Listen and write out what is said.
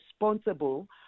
responsible